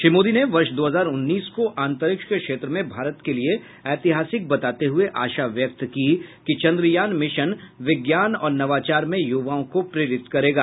श्री मोदी ने वर्ष दो हजार उन्नीस को अंतरिक्ष के क्षेत्र में भारत के लिए एतिहासिक बताते हुए आशा व्यक्त की कि चंद्रयान मिशन विज्ञान और नवाचार में युवाओं को प्रेरित करेगा